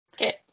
Okay